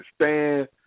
understand